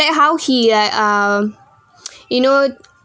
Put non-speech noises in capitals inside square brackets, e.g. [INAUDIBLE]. act how he like uh [NOISE] you know